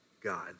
God